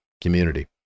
community